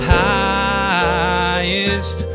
highest